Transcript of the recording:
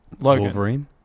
Wolverine